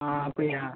ஆ அப்படியா